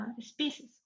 species